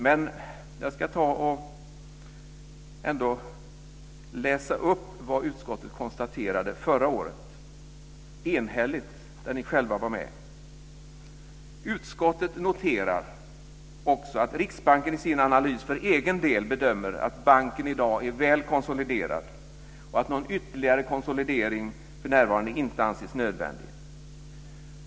Jag ska läsa upp vad utskottet konstaterade förra året, enhälligt, och där ni själva var med: Utskottet noterar också att Riksbanken i sin analys för egen del bedömer att banken i dag är väl konsoliderad och att någon ytterligare konsolidering för närvarande inte anses nödvändig.